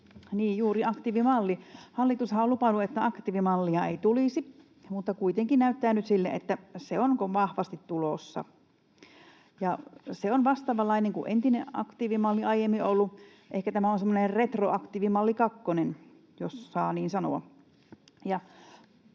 niin juuri, aktiivimalli. Hallitushan on lupaillut, että aktiivimallia ei tulisi, mutta kuitenkin näyttää nyt sille, että se on vahvasti tulossa ja se on vastaavanlainen kuin entinen, aiemmin ollut aktiivimalli. Ehkä tämä on semmoinen retroaktiivimalli kakkonen, jos saa niin sanoa.